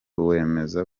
wemeza